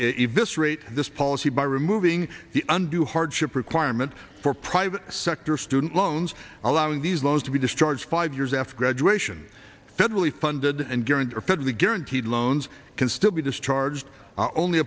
if this rate this policy by removing the undue hardship requirement for private sector student loans allowing these loans to be discharged five years after graduation federally funded and guarantee are federally guaranteed loans can still be discharged only